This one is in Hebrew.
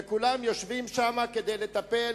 וכולם יושבים שם כדי לטפל.